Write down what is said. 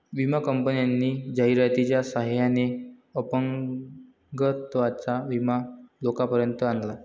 विमा कंपन्यांनी जाहिरातीच्या सहाय्याने अपंगत्वाचा विमा लोकांपर्यंत आणला